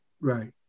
right